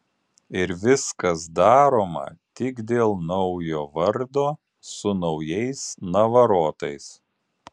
ir viskas daroma tik dėl naujo vardo su naujais navarotais